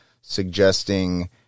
suggesting